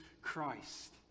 Christ